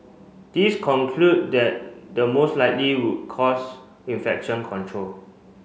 this conclude that the most likely cause infection control